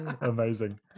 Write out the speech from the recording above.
Amazing